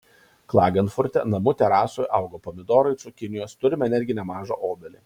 klagenfurte namų terasoje auga pomidorai cukinijos turime netgi nemažą obelį